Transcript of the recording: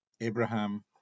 Abraham